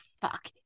fuck